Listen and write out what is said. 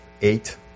eight